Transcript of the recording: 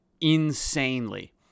insanely